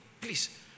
Please